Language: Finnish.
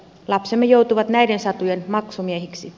lapsemme joutuvat näiden satujen maksumiehiksi